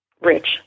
rich